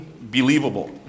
believable